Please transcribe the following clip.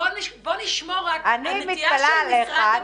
אני מתפלאת עליך.